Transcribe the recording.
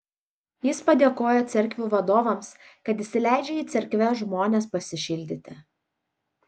jis padėkojo cerkvių vadovams kad įsileidžia į cerkves žmones pasišildyti